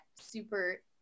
super